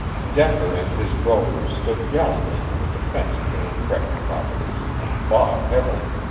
decker and his brokers stood gallantly to the defense of their threatened properties and bought heavily.